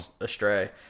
astray